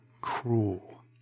cruel